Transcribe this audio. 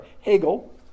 Hegel